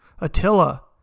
Attila